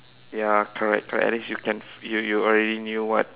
ya correct correct at least you can you you already knew what